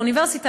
באוניברסיטה,